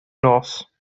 nos